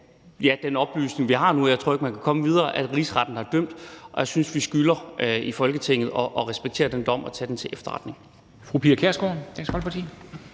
ja, den oplysning, vi har nu – jeg tror ikke, man kan komme videre – at Rigsretten har dømt, og jeg synes, vi i Folketinget skylder at respektere den dom og tage den til efterretning.